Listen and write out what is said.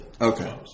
Okay